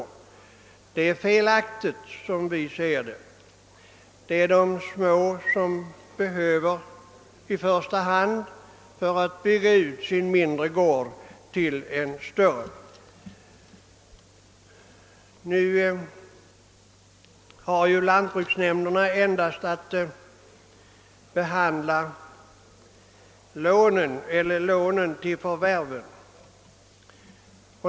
Detta är som vi ser det felaktigt. Det är de små som i första hand behöver stöd för att bygga ut sin mindre gård till en större. Lantbruksnämnderna har ju endast att behandla lånen till förvärven.